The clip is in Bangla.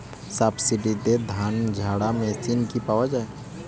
সাবসিডিতে ধানঝাড়া মেশিন কি পাওয়া য়ায়?